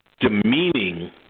Demeaning